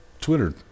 Twitter